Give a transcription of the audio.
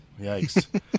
Yikes